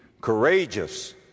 courageous